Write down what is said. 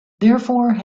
therefore